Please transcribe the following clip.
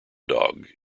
dog